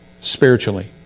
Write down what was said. spiritually